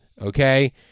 Okay